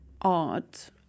art